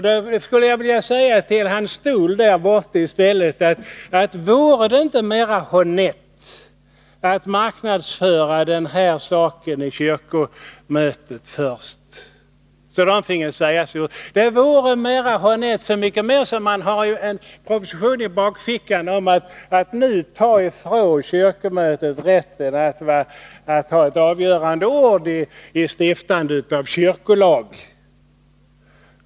Då skulle jag vilja säga till hans stol där borta i stället, att vore det inte mera honnett att marknadsföra den här saken i kyrkomötet först, så det finge säga sitt? Det vore mera honnett, så mycket mer som man har en proposition i bakfickan som kommer att ta ifrån kyrkomötet rätten att ha ett avgörande ord vid stiftandet av kyrkolag.